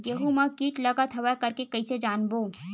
गेहूं म कीट लगत हवय करके कइसे जानबो?